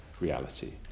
reality